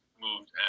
moved